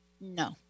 No